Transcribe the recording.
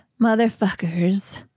motherfuckers